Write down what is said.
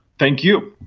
thank you,